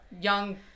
young